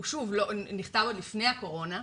הוא נכתב עוד לפני הקורונה,